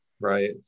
Right